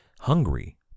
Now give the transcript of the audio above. hungry